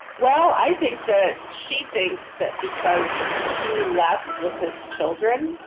well i think that she thinks that because she left with his children,